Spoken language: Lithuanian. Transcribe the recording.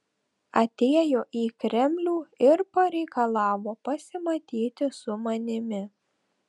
atėjo į kremlių ir pareikalavo pasimatyti su manimi